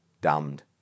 damned